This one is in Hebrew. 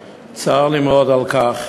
וצר לי מאוד על כך,